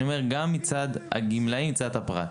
אני אומר את זה גם מצד הגמלאים וגם מצד הפרט.